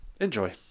Enjoy